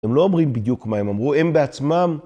הם לא אומרים בדיוק מה הם אמרו, הם בעצמם...